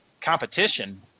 competition